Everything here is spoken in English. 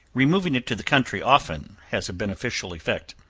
removing it to the country often has a beneficial effect.